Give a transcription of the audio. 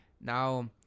Now